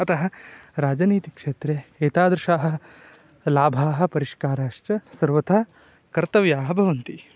अतः राजनीतिक्षेत्रे एतादृशाः लाभाः परिष्काराश्च सर्वथा कर्तव्याः भवन्ति